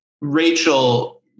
Rachel